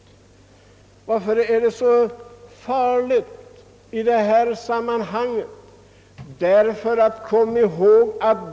Varför är socialismen så farlig?